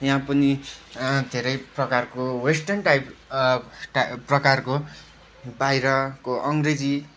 यहाँ पनि धेरै प्रकारको वेस्टर्न टाइप प्रकारको बाहिरको अङ्ग्रेजी